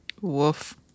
Woof